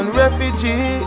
refugee